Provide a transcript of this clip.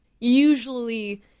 usually